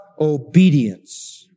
obedience